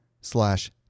slash